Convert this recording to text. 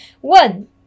one